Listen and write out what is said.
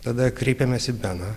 tada kreipėmės į beną